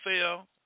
fell